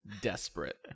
desperate